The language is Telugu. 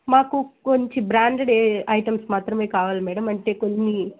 మాకు కొంచెం బ్రాండెడ్ ఐటమ్స్ మాత్రమే కావాలి మేడం అంటే కొన్ని